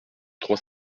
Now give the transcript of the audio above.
trois